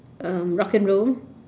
um rock and roll